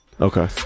Okay